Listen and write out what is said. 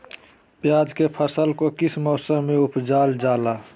प्याज के फसल को किस मौसम में उपजल जाला?